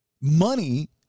money